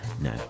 No